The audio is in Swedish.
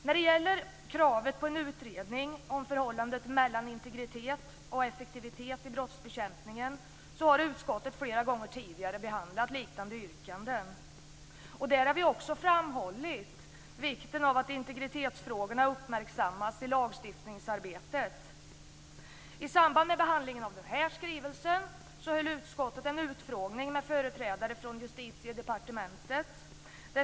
När det gäller kravet på en utredning om förhållandet mellan integritet och effektivitet i brottsbekämpningen har utskottet flera gånger tidigare behandlat liknande yrkanden. Då har vi också framhållit vikten av att integritetsfrågorna uppmärksammas i lagstiftningsarbetet. I samband med behandlingen av den här skrivelsen höll utskottet en utfrågning med företrädare för Justitiedepartementet.